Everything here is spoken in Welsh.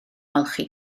ymolchi